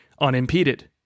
unimpeded